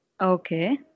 okay